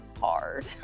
hard